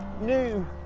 new